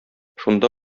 шунда